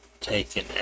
taken